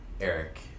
Eric